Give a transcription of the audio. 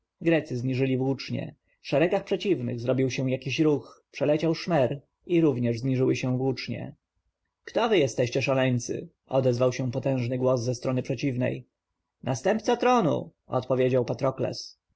włócznie w szeregach przeciwnych zrobił się jakiś ruch przeleciał szmer i również zniżyły się włócznie kto wy jesteście szaleńcy odezwał się potężny głos ze strony przeciwnej następca tronu odpowiedział